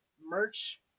merch